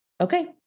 okay